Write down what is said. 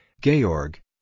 Georg